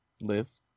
Liz